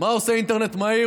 מה עושה אינטרנט מהיר?